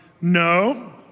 No